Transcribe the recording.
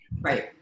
Right